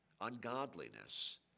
ungodliness